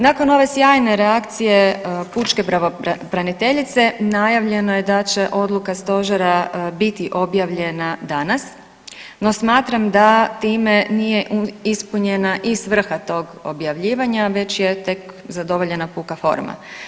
Nakon ove sjajne reakcije pučke pravobraniteljice najavljeno je da će odluka stožera biti objavljena danas, no smatram da time nije ispunjena i svrha tog objavljivanja već je tek zadovoljena puka forma.